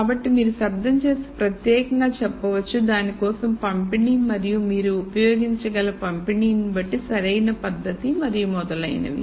కాబట్టి నీవు మీరు శబ్దం చేస్తే ప్రత్యేకంగా చెప్పవచ్చు దాని కోసం పంపిణీ మరియు మీరు ఉపయోగించగల పంపిణీని బట్టి సరైన పద్ధతి మరియు మొదలైనవి